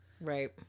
Right